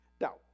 Now